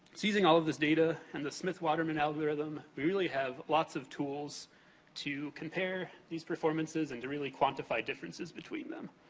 so, using all of this data, and the smith-waterman algorithm, we really have lots of tools to compare these performances and to really quantify differences between them.